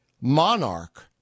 monarch